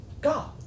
God